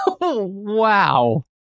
Wow